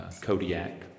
Kodiak